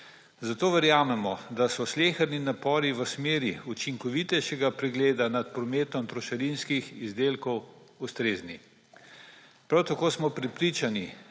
Zato verjamemo, da so sleherni napori v smeri učinkovitejšega pregleda nad prometom trošarinskih izdelkov ustrezni. Prav tako smo prepričani,